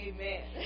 Amen